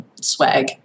swag